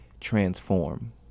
transform